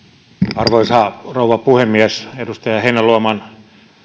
arvoisa rouva puhemies edustaja heinäluoman